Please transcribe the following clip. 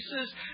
pieces